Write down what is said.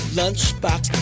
lunchbox